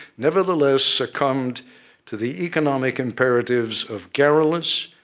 nevertheless succumbed to the economic imperatives of garrulous,